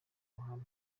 ruhame